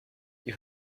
you